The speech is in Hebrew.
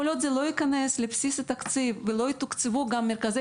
כל עוד זה לא ייכנס לבסיס התקציב ולא יתוקצבו גם מרכזי